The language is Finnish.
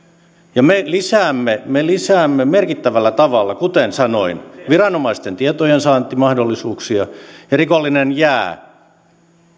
ja me lisäämme me lisäämme merkittävällä tavalla kuten sanoin viranomaisten tietojensaantimahdollisuuksia ja rikollinen jää